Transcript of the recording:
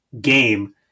game